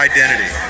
Identity